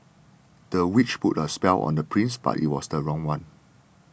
the witch put a spell on the prince but it was the wrong one